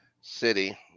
City